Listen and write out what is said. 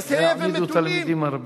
והעמידו תלמידים הרבה".